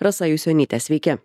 rasa jusionyte sveiki